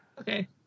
Okay